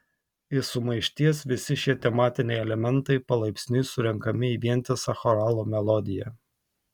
iš sumaišties visi šie tematiniai elementai palaipsniui surenkami į vientisą choralo melodiją